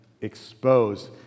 exposed